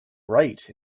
right